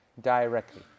directly